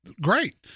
great